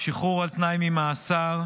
שחרור על תנאי ממאסר,